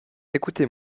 écoutez